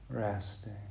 Resting